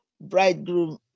bridegroom